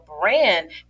brand